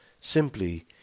Simply